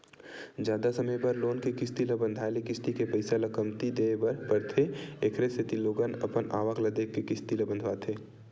जादा समे बर लोन के किस्ती ल बंधाए ले किस्ती के पइसा ल कमती देय बर परथे एखरे सेती लोगन अपन आवक ल देखके किस्ती ल बंधवाथे